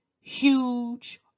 huge